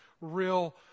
real